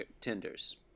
tenders